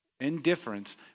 indifference